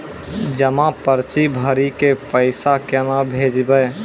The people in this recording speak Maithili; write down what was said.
जमा पर्ची भरी के पैसा केना भेजबे?